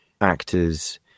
actors